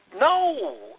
no